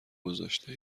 گذاشته